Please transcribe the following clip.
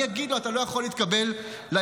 מי יגיד לו: אתה לא יכול להתקבל ליישוב?